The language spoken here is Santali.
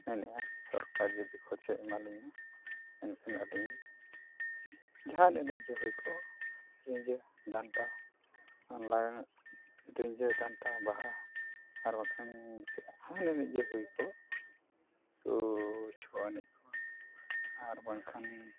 ᱢᱮᱱᱮᱫᱼᱟ ᱥᱚᱨᱠᱟᱨ ᱡᱚᱛᱚ ᱠᱷᱚᱨᱪᱟᱭ ᱮᱢᱟ ᱞᱤᱧᱟᱹ ᱮᱱᱠᱷᱟᱱ ᱟᱹᱞᱤᱧ ᱡᱟᱦᱟᱱ ᱮᱱᱮᱡᱜᱮ ᱦᱩᱭ ᱠᱚᱜ ᱨᱤᱡᱷᱟᱹ ᱰᱟᱱᱴᱟ ᱨᱤᱡᱟᱹ ᱰᱟᱱᱴᱟ ᱵᱟᱦᱟ ᱟᱨ ᱵᱟᱝᱠᱷᱟᱱ ᱪᱮᱫ ᱡᱟᱦᱟᱱ ᱮᱱᱮᱡᱜᱮ ᱦᱩᱭ ᱠᱚᱜ ᱩᱱᱠᱩ ᱪᱷᱳ ᱮᱱᱮᱡ ᱠᱚ ᱟᱨ ᱵᱟᱝᱠᱷᱟᱱ